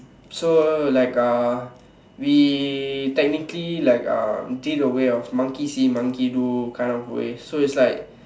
so like uh we technically like um did a way of monkey see monkey do kind of way so it's like